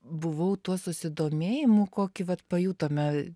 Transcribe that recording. buvau tuo susidomėjimu kokį vat pajutome